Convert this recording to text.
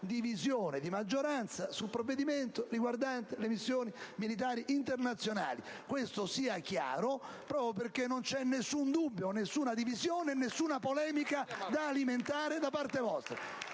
divisione nella maggioranza sul provvedimento riguardante le missioni militari internazionali. Vorrei che ciò fosse chiaro, proprio perché non c'è alcun dubbio, alcuna divisione, alcuna polemica da alimentare da parte vostra.